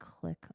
click